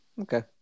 Okay